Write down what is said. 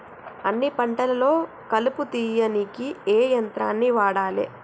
అన్ని పంటలలో కలుపు తీయనీకి ఏ యంత్రాన్ని వాడాలే?